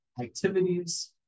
activities